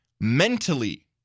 mentally